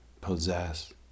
possess